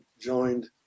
joined